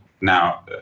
Now